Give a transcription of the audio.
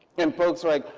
and folks are like,